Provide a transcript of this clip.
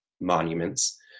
monuments